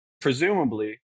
presumably